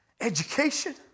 education